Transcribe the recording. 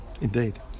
indeed